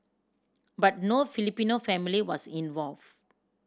but no Filipino family was involved